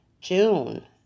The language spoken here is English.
June